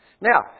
Now